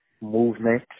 movement